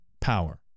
power